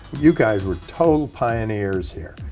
you guys were total pioneers here.